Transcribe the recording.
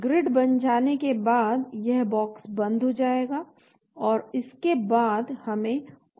grid बन जाने के बाद यह बॉक्स बंद हो जाएगा और उसके बाद हमें ऑटोडॉक चलाना होगा